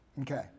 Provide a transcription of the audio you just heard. Okay